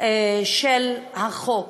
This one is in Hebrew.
של החוק.